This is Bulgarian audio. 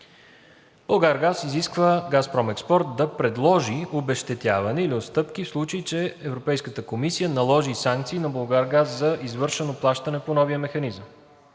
„Булгаргаз“ изисква ООО „Газпром Експорт“ да предложи обезщетяване или отстъпки, в случай че Европейската комисия наложи санкции на „Булгаргаз“ за извършено плащане по новия механизъм.